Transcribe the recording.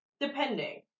depending